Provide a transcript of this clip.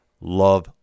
love